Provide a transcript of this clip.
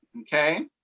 okay